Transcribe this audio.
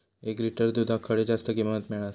एक लिटर दूधाक खडे जास्त किंमत मिळात?